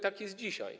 Tak jest dzisiaj.